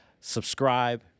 subscribe